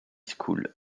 school